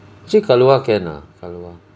actually kahlua can ah kahlua